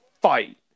fight